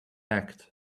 act